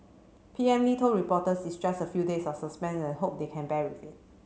P M Lee told reporters it's just a few days of suspense and hope they can bear with it